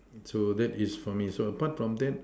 so that is for me so apart from that